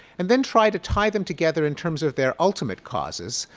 and then try to tie them together in terms of their ultimate causes.